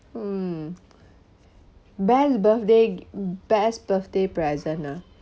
mm best birthday best birthday present ah